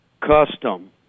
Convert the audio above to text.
custom